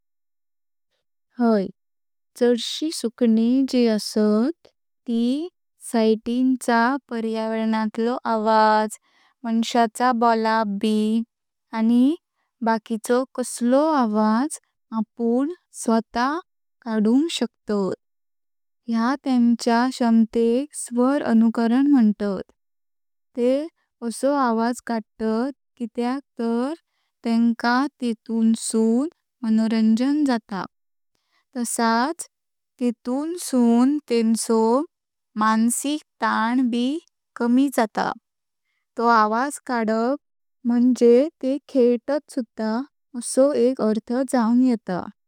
हाय, चडशी सुकणी जे असत त सैतीन चा पर्यावरणातलो आवाज, माणसाचा बोलप बी आणि बाकिचो कसलो आवाज आपुण स्वतः काढुंक शकतात। ह्या तेंच्या क्षमतेक स्वर अनुकरण म्हुणतात। ते असो आवाज काढतात कित्याक तऱ तेंका तेंतून सुन मनोरंजन जाता, तसाच तेंतून सुन तेंचो मानसिक ताण बी कमी जाता। तो आवाज कदप म्हंजे ते खेलतत सुधा असो एक अर्थ जायवक येता।